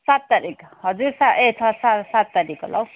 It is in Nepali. सात तारिक हजुर सा ए छ सा सात तारिक होला हौ